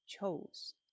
chose